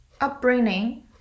upbringing